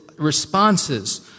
responses